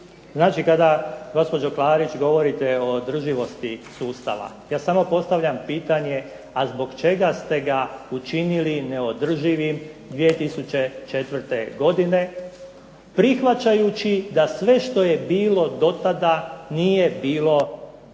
Klarić govorite o održivosti sustava, ja samo postavljam pitanje, a zbog čega ste ga učinili neodrživim 2004. godine, prihvaćajući da sve što je bilo do tada nije bilo iz